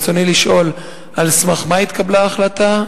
רצוני לשאול: 1. על סמך מה התקבלה ההחלטה?